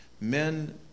Men